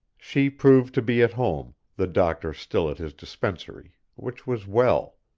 she proved to be at home, the doctor still at his dispensary, which was well.